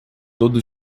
todo